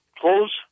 close